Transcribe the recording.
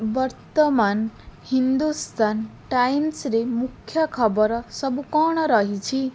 ବର୍ତ୍ତମାନ ହିନ୍ଦୁସ୍ତାନ ଟାଇମ୍ସ୍ରେ ମୁଖ୍ୟ ଖବର ସବୁ କ'ଣ ରହିଛି